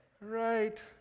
right